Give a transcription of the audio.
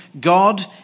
God